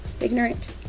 ignorant